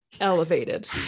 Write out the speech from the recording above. elevated